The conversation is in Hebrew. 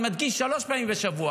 אני מדגיש: שלוש פעמים בשבוע.